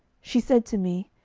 she said to me,